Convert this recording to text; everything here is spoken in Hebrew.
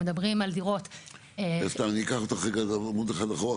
אני אקח אותך רגע לעמוד אחד אחורה.